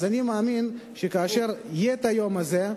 אז אני מאמין שכאשר יהיה היום הזה,